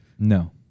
No